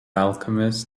alchemist